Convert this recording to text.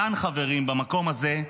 כאן, חברים, במקום הזה,